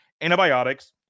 antibiotics